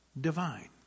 divine